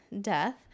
death